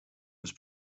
was